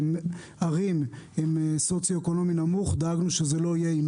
בערים עם סוציו אקונומי נמוך דאגנו שזה לא יהיה עם